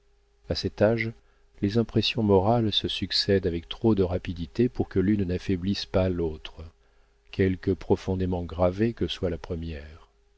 a cet âge les impressions morales se succèdent avec trop de rapidité pour que l'une n'affaiblisse pas l'autre quelque profondément gravée que soit la première